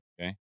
okay